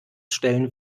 stellen